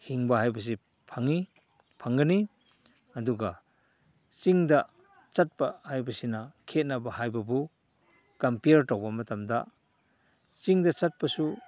ꯍꯤꯡꯕ ꯍꯥꯏꯕꯁꯤ ꯐꯪꯏ ꯐꯪꯒꯅꯤ ꯑꯗꯨꯒ ꯆꯤꯡꯗ ꯆꯠꯄ ꯍꯥꯏꯕꯁꯤꯅ ꯈꯦꯅꯕ ꯍꯥꯏꯕꯕꯨ ꯀꯝꯄꯤꯌꯔ ꯇꯧꯕ ꯃꯇꯝꯗ ꯆꯤꯡꯗ ꯆꯠꯄꯁꯨ